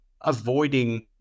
avoiding